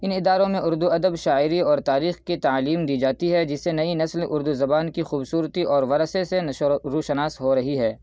ان اداروں میں اردو ادب شاعری اور تاریخ کی تعلیم دی جاتی ہے جس سے نئی نسل اردو زبان کی خوبصورتی اور ورثے سے روشناس ہو رہی ہے